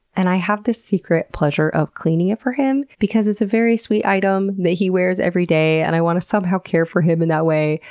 and i have this secret pleasure of cleaning it for him because it's a very sweet item that he wears every day and i want to somehow care for him in that way.